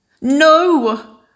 No